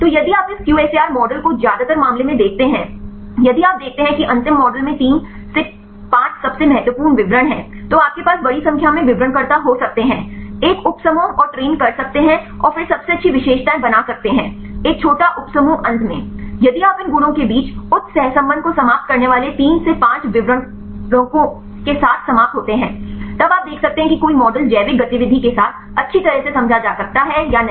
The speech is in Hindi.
तो यदि आप इस QSAR मॉडल को ज्यादातर मामले में देखते हैं यदि आप देखते हैं कि अंतिम मॉडल में 3 से 5 सबसे महत्वपूर्ण विवरण हैं तो आपके पास बड़ी संख्या में विवरणकर्ता हो सकते हैं एक उपसमूह और ट्रेन कर सकते हैं और फिर सबसे अच्छी विशेषताएं बना सकते हैं एक छोटा उपसमूह अंत में यदि आप इन गुणों के बीच उच्च सहसंबंध को समाप्त करने वाले 3 से 5 विवरणकों के साथ समाप्त होते हैं तब आप देख सकते हैं कि कोई मॉडल जैविक गतिविधि के साथ अच्छी तरह से समझा सकता है या नहीं